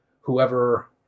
whoever